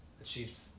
achieved